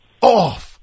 off